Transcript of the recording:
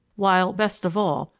while, best of all,